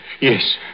Yes